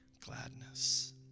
gladness